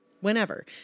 whenever